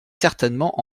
certainement